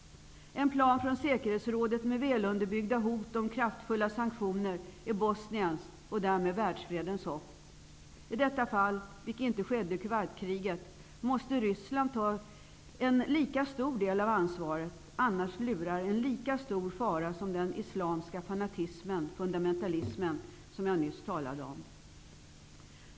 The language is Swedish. En plan från säkerhetsrådet med välunderbyggda hot om kraftfulla sanktioner är Bosniens och därmed världsfredens hopp. I detta fall, vilket inte skedde i Kuwaitkriget, måste Ryssland ta en lika stor del av ansvaret. Annars lurar en lika stor fara som den islamiska fanatismen/fundamentalismen, som jag nyss talade om.